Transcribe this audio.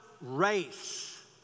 race